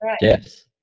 yes